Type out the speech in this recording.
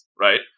right